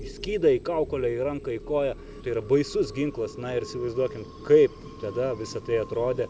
į skydą į kaukolę į ranką į koją yra baisus ginklas na ir įsivaizduokim kaip tada visa tai atrodė